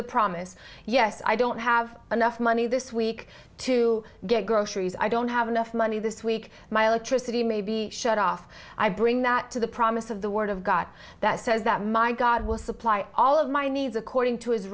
the promise yes i don't have enough money this week to get groceries i don't have enough money this week my electricity may be shut off i bring that to the promise of the word of god that says that my god will supply all of my needs according to his